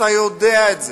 אתה יודע את זה,